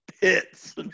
pits